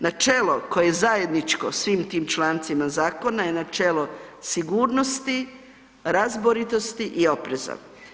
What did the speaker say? Načelo koje je zajedničko svim tim člancima zakona je načelo sigurnosti, razboritosti i opreza.